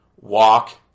walk